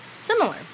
similar